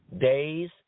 days